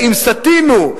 "אם סטינו,